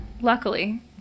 luckily